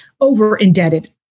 over-indebted